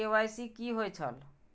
KYC कि होई छल?